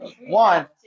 one